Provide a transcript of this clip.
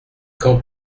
quand